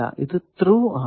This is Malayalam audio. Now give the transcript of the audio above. ഇത് ത്രൂ ആണ്